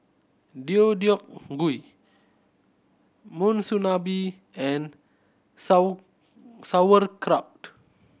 Deodeok Gui Monsunabe and Sauerkraut